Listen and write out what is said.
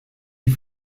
die